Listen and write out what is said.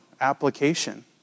application